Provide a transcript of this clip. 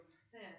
sin